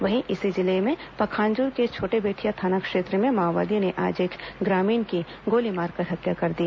वहीं इसी जिले में पखांजूर के छोटेबेठिया थाना क्षेत्र में माओवादियों ने आज एक ग्रामीण की गोली मारकर हत्या कर दी